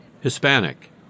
Hispanic